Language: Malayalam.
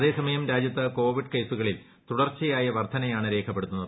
അതേസമയം രാജ്യത്ത് കോവിഡ് കേസുക്ളീൽ തുടർച്ചയായ വർദ്ധനയാണ് രേഖപ്പെടുത്തുന്നത്